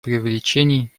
преувеличений